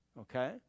Okay